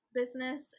business